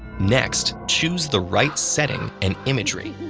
next, choose the right setting and imagery.